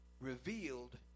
revealed